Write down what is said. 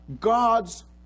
God's